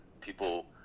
people